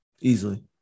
Easily